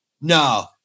No